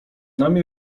nami